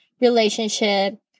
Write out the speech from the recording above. relationship